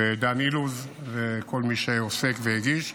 דן אילוז וכל מי שעוסק והגיש,